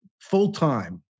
full-time